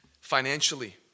Financially